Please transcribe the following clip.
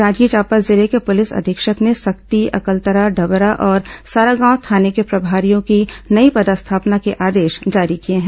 जांजगीर चांपा जिले के पुलिस अधीक्षक ने सक्ती अकलतरा डभरा और सारागांव थाने में प्रभारियों की नई पदस्थापना के आदेश जारी किए है